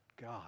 God